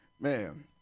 Man